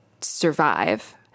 survive